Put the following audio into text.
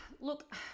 look